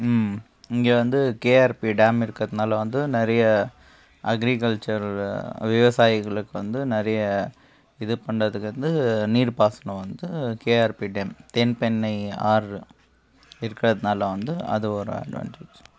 இங்கே வந்து K R P dam இருக்கிறதுனால வந்து நிறைய அக்ரிகல்ச்சர் விவசாயிகளுக்கு வந்து நிறைய இது பண்ணுறதுக்கு வந்து நீர் பாசனம் வந்து K R P dam Thenpennai ஆறு இருக்கிறதுனால வந்து அது ஒரு அட்வான்டேஜ்